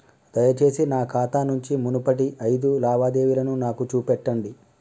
దయచేసి నా ఖాతా నుంచి మునుపటి ఐదు లావాదేవీలను నాకు చూపెట్టండి